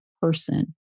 person